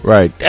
Right